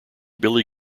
billy